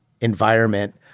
environment